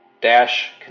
dash